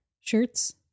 shirts